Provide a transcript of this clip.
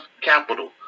capital